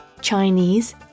Chinese